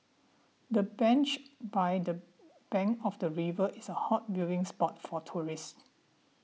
the bench by the bank of the river is a hot viewing spot for tourists